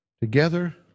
together